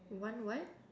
one what